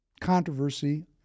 controversy